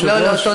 היושב-ראש, לא.